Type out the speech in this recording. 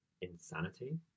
insanity